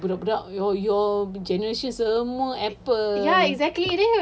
ye lah budak-budak your your generations semua Apple